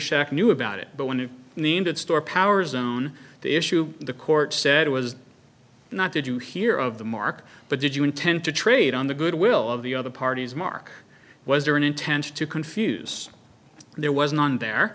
shack knew about it but when you named it store power zone the issue the court said was not did you hear of the mark but did you intend to trade on the goodwill of the other parties mark was there an intention to confuse there was none there